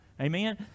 Amen